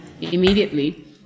immediately